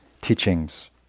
teachings